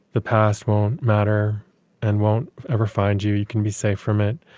the past won't matter and won't ever find you. you can be safe from it.